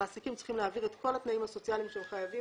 המעסיקים צריכים להעביר את כל התנאים הסוציאליים שהם חייבים